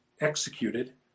executed